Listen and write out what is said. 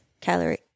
calorie